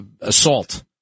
assault